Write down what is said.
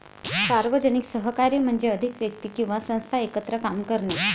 सार्वजनिक सहकार्य म्हणजे अधिक व्यक्ती किंवा संस्था एकत्र काम करणे